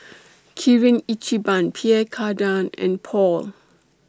Kirin Ichiban Pierre Cardin and Paul